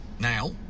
Now